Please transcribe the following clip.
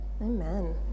Amen